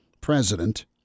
president